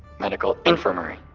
medical infirmary.